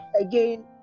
again